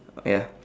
ya